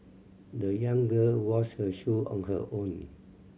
the young girl washed her shoe on her own